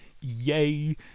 yay